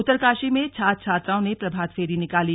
उत्तरकाशी में छात्र छात्राओं ने प्रभात फेरी निकाली